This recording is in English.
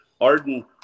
Arden